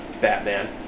batman